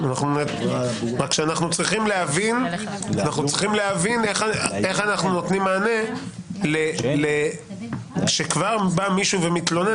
רק שאנחנו צריכים להבין איך אנחנו נותנים מענה כשכבר בא מישהו ומתלונן,